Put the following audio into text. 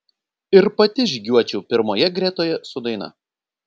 ir pati žygiuočiau pirmoje gretoje su daina